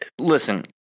Listen